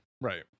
right